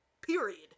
Period